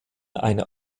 eine